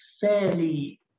fairly